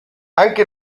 anche